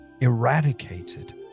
eradicated